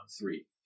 Three